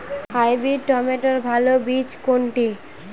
Hybrid টমেটোর ভালো বীজ কোনটি?